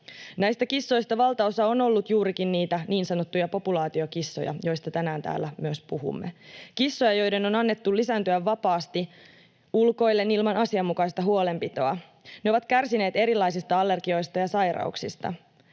Näistä kissoista valtaosa on ollut juurikin niitä niin sanottuja populaatiokissoja, joista tänään täällä myös puhumme, kissoja, joiden on annettu lisääntyä vapaasti ulkoillen ilman asianmukaista huolenpitoa. Ne ovat kärsineet erilaisista allergioista ja sairauksista.